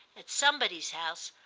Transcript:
at somebody's house,